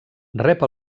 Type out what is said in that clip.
rep